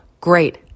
great